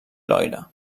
loira